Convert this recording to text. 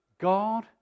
God